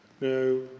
No